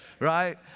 right